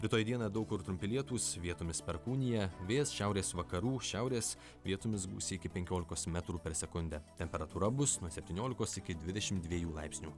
rytoj dieną daug kur trumpi lietūs vietomis perkūnija vėjas šiaurės vakarų šiaurės vietomis gūsiai iki penkiolikos metrų per sekundę temperatūra bus nuo septyniolikos iki dvidešim dviejų laipsnių